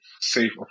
safe